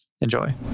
Enjoy